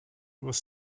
was